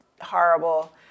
horrible